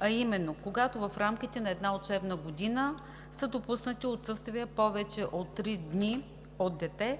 а именно, когато в рамките на една учебна година са допуснати отсъствия повече от три дни от дете,